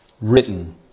written